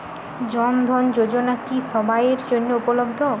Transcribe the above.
জন ধন যোজনা কি সবায়ের জন্য উপলব্ধ?